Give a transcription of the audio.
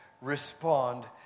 respond